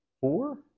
four